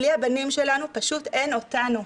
בלי הבנים שלנו פשוט אין אותנו.